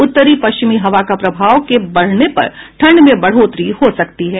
उत्तरी पश्चिमी हवा का प्रभाव के बढ़ने पर ठंड में बढ़ोतरी हो सकती है